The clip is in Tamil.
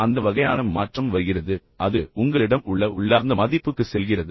அந்த வகையான மாற்றம் வருகிறது அது உங்களிடம் உள்ள உள்ளார்ந்த மதிப்புக்கு செல்கிறது